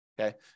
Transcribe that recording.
okay